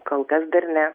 kol kas dar ne